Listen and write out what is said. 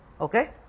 Okay